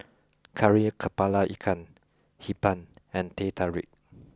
Kari Kepala Ikan Hee Pan and Teh Tarik